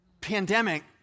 pandemic